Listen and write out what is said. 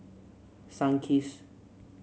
sunkist